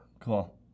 Cool